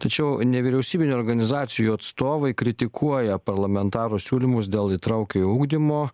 tačiau nevyriausybinių organizacijų atstovai kritikuoja parlamentarų siūlymus dėl įtraukiojo ugdymo